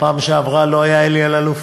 בפעם שעברה לא היה אלי אלאלוף.